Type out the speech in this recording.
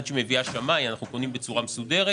עד היא מביאה שמאי - אנחנו קונים בצורה מסודרת